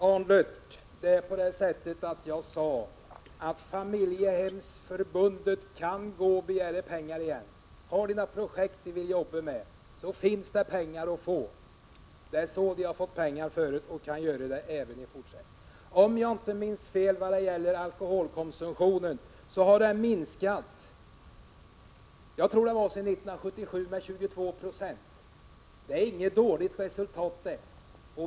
Herr talman! Jag sade, Per Arne Aglert, att Familjehemmens riksförbund kan komma med en ny begäran om pengar. Finns det några projekt som man vill jobba med, finns det också pengar. Man har ju fått pengar förut och samma möjlighet finns även i fortsättningen. Om jag inte minns fel har alkoholkonsumtionen alltsedan år 1977 minskat med 22 20. Det är inget dåligt resultat!